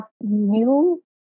new